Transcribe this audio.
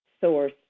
source